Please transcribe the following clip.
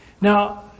Now